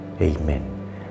Amen